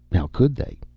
how could they?